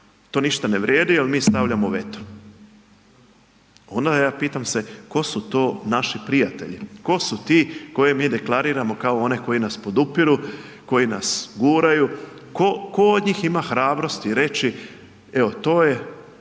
to ništa ne vrijedi jer mi stavljamo veto. Onda ja pitam se, tko su to naši prijatelji? Tko su ti koje mi deklariramo kao one koji nas podupiru, koji nas guraju, tko od njih ima hrabrosti reći, evo, to je